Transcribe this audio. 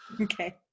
okay